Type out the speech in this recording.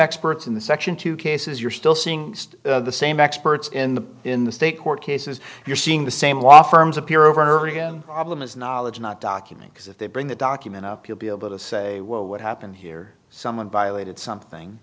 experts in the section two cases you're still seeing the same experts in the in the state court cases you're seeing the same law firms appear over and over again problem is knowledge not document because if they bring the document up you'll be able to say well what happened here someone violated something